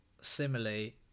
Similarly